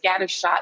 scattershot